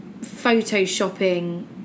photoshopping